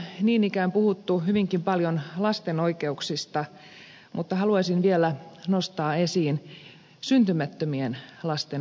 täällä on niin ikään puhuttu hyvinkin paljon lasten oikeuksista mutta haluaisin vielä nostaa esiin syntymättömien lasten oikeudet